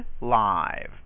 live